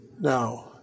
Now